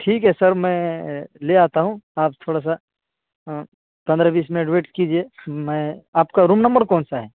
ٹھیک ہے سر میں لے آتا ہوں آپ تھوڑا سا پندرہ بیس منٹ ویٹ کیجیے میں آپ کا روم نمبر کون سا ہے